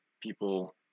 people